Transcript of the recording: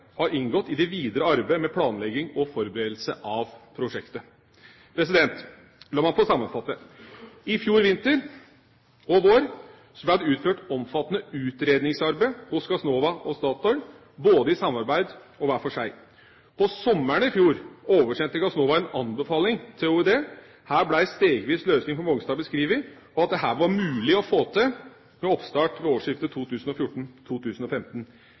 har inngått i det videre arbeidet med planlegging og forberedelse av prosjektet. La meg få sammenfatte: I fjor vinter og vår ble det utført omfattende utredningsarbeid hos Gassnova og Statoil, både i samarbeid og hver for seg. På sommeren i fjor oversendte Gassnova en anbefaling til OED. Her ble en stegvis løsning på Mongstad beskrevet og at dette var mulig å få til med oppstart ved årsskiftet